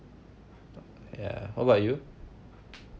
ya what about you